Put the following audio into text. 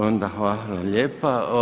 Onda hvala lijepa.